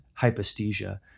hyposthesia